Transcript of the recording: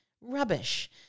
rubbish